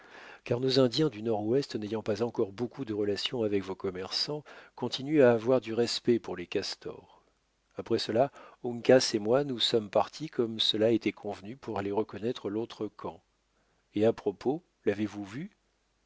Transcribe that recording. car nos indiens du nord-ouest n'ayant pas encore beaucoup de relations avec vos commerçants continuent à avoir du respect pour les castors après cela uncas et moi nous sommes partis comme cela était convenu pour aller reconnaître l'autre camp et à propos l'avez-vous vu